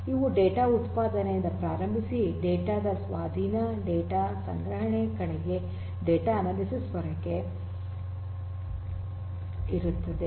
ಇದು ಡೇಟಾ ಉತ್ಪಾದನೆಯಿಂದ ಪ್ರಾರಂಭಿಸಿ ಡೇಟಾ ದ ಸ್ವಾಧೀನ ಡೇಟಾ ಸಂಗ್ರಹಣೆ ಕಡೆಗೆ ಡೇಟಾ ಅನಾಲಿಸಿಸ್ ವರೆಗೆ ಇರುತ್ತದೆ